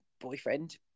boyfriend